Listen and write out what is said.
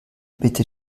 bitte